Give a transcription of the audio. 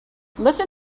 listen